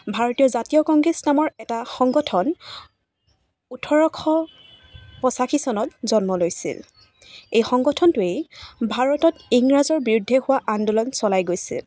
ভাৰতীয় জাতীয় কংগ্ৰেছ নামৰ এটা সংগঠন ওঠৰশ পঁচাশী চনত জন্ম লৈছিল এই সংগঠনটোৱেই ভাৰতত ইংৰাজৰ বিৰুদ্ধে হোৱা আন্দোলন চলাই গৈছিল